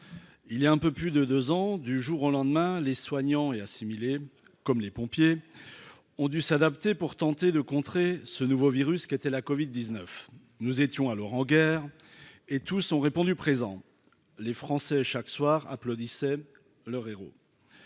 il est un peu plus de 2 ans, du jour au lendemain, les soignants et assimilés comme les pompiers ont dû s'adapter pour tenter de contrer ce nouveau virus qui était la Covid 19 nous étions alors en guerre et tous ont répondu présents, les Français chaque soir applaudissait leur héros